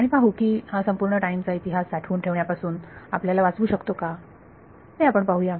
आणि पाहू की हा संपूर्ण टाईम चा इतिहास साठवून ठेवण्यापासून आपल्याला वाचवू शकतो का ते आपण पाहूया